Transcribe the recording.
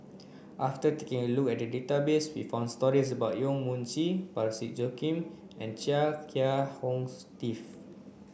after taking a look at the database we found stories about Yong Mun Chee Parsick Joaquim and Chia Kiah Hong Steve